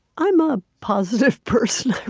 i'm a positive person, i